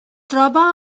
troba